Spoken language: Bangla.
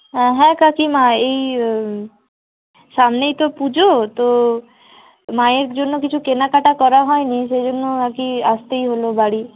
হ্যাঁ কাকিমা এই সামনেই তো পুজো তো মায়ের জন্য কিছু কেনাকাটা করা হয়নি সেজন্য আর কি আসতেই হল বাড়ি